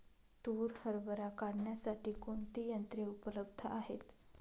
तूर हरभरा काढण्यासाठी कोणती यंत्रे उपलब्ध आहेत?